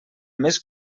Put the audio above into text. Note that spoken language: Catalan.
més